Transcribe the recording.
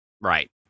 Right